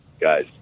Guys